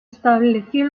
estableció